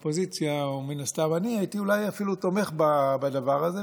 או מן הסתם אני אפילו אולי הייתי תומך בדבר הזה,